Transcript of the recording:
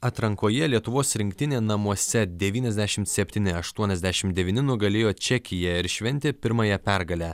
atrankoje lietuvos rinktinė namuose devyniasdešimt septyni aštuoniasdešim devyni nugalėjo čekiją ir šventė pirmąją pergalę